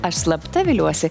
aš slapta viliuosi